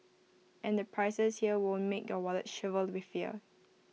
and the prices here won't make your wallet shrivel with fear